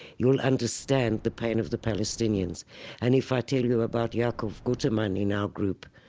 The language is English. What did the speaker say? you'll understand the pain of the palestinians and if i tell you about yaacov guterman in our group,